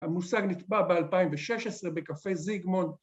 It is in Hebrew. ‫המושג נטבע ב-2016 בקפה זיגמונד